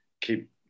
keep